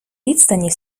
відстані